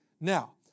Now